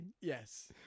yes